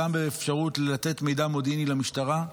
גם באפשרות לתת מידע מודיעיני למשטרה.